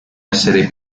essere